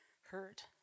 hurt